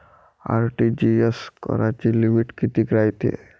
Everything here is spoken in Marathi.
आर.टी.जी.एस कराची लिमिट कितीक रायते?